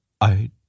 I